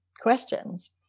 questions